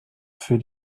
für